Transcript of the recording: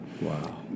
Wow